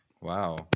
Wow